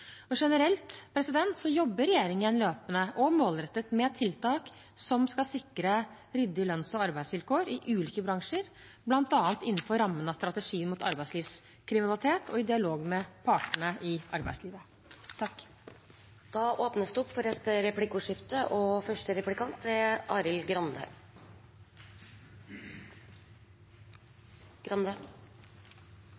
Generelt jobber regjeringen løpende og målrettet med tiltak som skal sikre ryddige lønns- og arbeidsvilkår i ulike bransjer, bl.a. innenfor rammen av strategien mot arbeidslivskriminalitet og i dialog med partene i arbeidslivet. Det blir replikkordskifte. Jeg registrerer at statsråden mener at dagens regelverk er